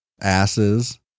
asses